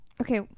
Okay